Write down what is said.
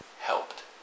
helped